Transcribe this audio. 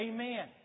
Amen